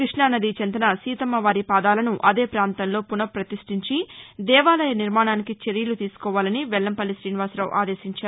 క్పష్ణానది చెంతన సీతమ్మ వారి పాదాలను అదే పాంతంలో పునఃపతిష్టించి దేవాలయ నిర్మాణానికి చర్యలు తీసుకోవాలని వెలంపల్లి శీనివాసరావు ఆదేశించారు